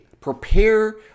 prepare